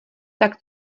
tak